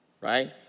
right